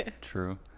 True